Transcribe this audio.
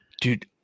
Dude